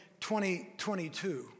2022